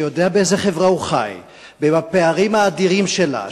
שיודע באיזו חברה הוא חי והפערים האדירים שלה,